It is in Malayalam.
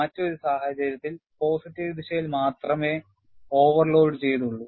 മറ്റൊരു സാഹചര്യത്തിൽ പോസിറ്റീവ് ദിശയിൽ മാത്രമേ ഓവർലോഡ് ചെയ്തുള്ളു